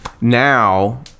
now